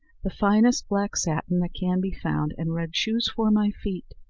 the finest black satin that can be found, and red shoes for my feet.